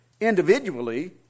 individually